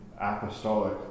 apostolic